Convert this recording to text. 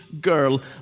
girl